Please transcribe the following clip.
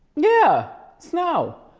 yeah, snow.